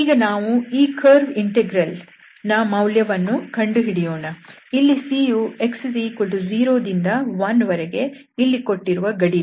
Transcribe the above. ಈಗ ನಾವು ಈ ಕರ್ವ್ ಇಂಟೆಗ್ರಲ್ ನ ಮೌಲ್ಯವನ್ನು ಕಂಡುಹಿಡಿಯೋಣ ಇಲ್ಲಿ C ಯು x 0 ದಿಂದ 1 ವರೆಗೆ ಇಲ್ಲಿ ಕೊಟ್ಟಿರುವ ಗಡಿರೇಖೆ